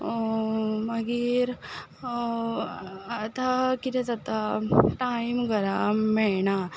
मागीर आतां कितें जाता टायम घरा मेळना